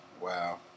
Wow